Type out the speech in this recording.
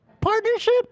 Partnership